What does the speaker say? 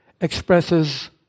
expresses